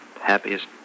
happiest